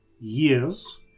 years